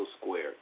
Square